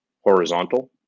horizontal